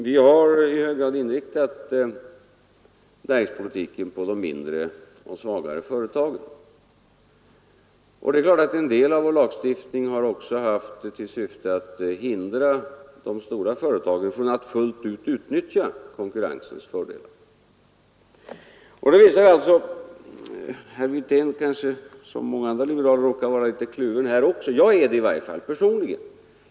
Vi har i hög grad inriktat näringspolitiken på de mindre och svagare företagen. Det är klart att en del av vår lagstiftning också har haft till syfte att hindra de stora företagen från att fullt ut utnyttja konkurrensens fördelar. Det här visar att herr Wirtén som många andra liberaler råkar vara litet kluven på den här punkten, och det är jag också.